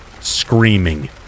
screaming